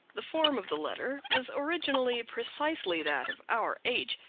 the form of the letter was originally precisely that of our h,